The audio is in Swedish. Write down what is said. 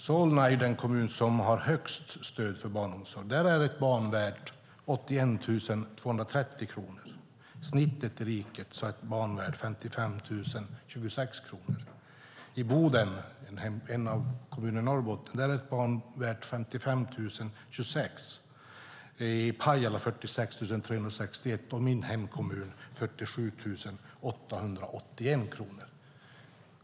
Solna är den kommun som har högst stöd för barnomsorg. Där är ett barn värt 81 230 kronor. Snittet i riket för vad ett barn är värt är 55 026 kronor. I Boden, en av kommunerna i Norrbotten, är ett barn värt 55 026 kronor, i Pajala 46 361 kronor och i min hemkommun 47 881 kronor.